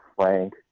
frank